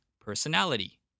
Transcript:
personality